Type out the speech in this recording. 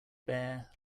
bare